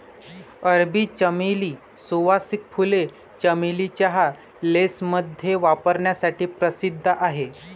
अरबी चमेली, सुवासिक फुले, चमेली चहा, लेसमध्ये वापरण्यासाठी प्रसिद्ध आहेत